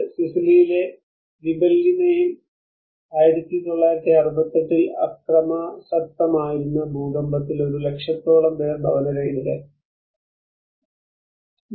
ഇത് സിസിലിയിലെ ഗിബെല്ലിനയിൽ 1968 ൽ അക്രമാസക്തമായിരുന്ന ഭൂകമ്പത്തിൽ ഒരു ലക്ഷത്തോളം പേർ ഭവനരഹിതരായി